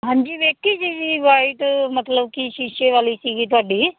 ਹਾਂਜੀ ਵੇਖੀ ਸੀ ਜੀ ਵਾਈਟ ਮਤਲਵ ਕਿ ਸ਼ੀਸ਼ੇ ਵਾਲੀ ਸੀਗੀ ਤੁਹਾਡੀ